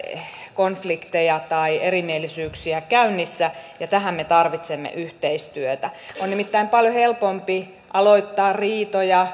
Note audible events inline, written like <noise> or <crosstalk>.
konflikteja tai erimielisyyksiä käynnissä ja tähän me tarvitsemme yhteistyötä on nimittäin paljon helpompi aloittaa riitoja <unintelligible>